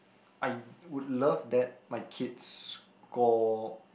I would love that my kids score